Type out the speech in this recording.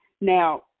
Now